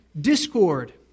discord